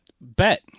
bet